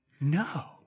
No